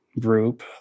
group